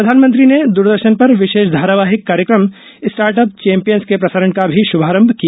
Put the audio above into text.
प्रधानमंत्री ने द्रदर्शन पर विशेष धारावाहिक कार्यक्रम स्टार्टअप चैम्पियंस के प्रसारण का भी शुभारंभ किया